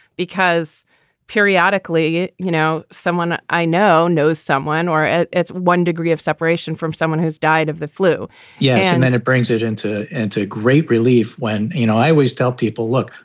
because periodically, you know, someone i know knows someone or at one degree of separation from someone who's died of the flu yeah. and then it brings it into into great relief when, you know, i always tell people, look,